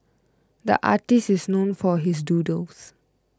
the artist is known for his doodles